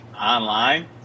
online